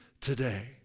today